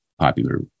popular